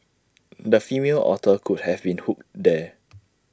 the female otter could have been hooked there